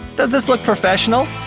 does this look professional?